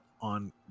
On